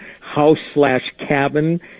house-slash-cabin